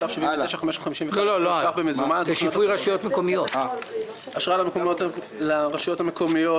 בסך 79,551 אלפי ש"ח במזומן: אשראי לרשויות המקומיות,